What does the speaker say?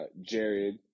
Jared